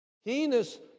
heinous